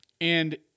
And-